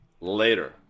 Later